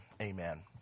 amen